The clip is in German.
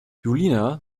julina